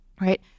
right